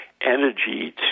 energy